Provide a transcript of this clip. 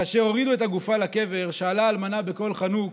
כאשר הורידו את הגופה לקבר שאלה האלמנה בקול חנוק: